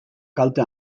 kalte